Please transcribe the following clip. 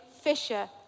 fisher